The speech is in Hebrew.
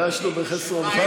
הרגשנו בחסרונך.